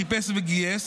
חיפש וגייס,